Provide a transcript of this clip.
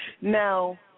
now